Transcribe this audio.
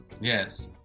Yes